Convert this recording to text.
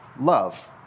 love